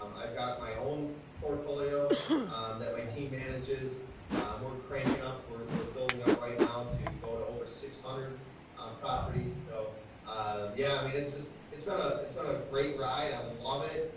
um i've got my own portfolio that my team manages we're cranking up. we're we're building up right now to go to over six hundred properties. so yeah, i mean, it's just, it's been a, it's not a great ride. i love it.